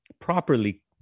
properly